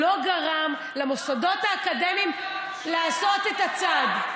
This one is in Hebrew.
לא גרם למוסדות האקדמיים לעשות את הצעד.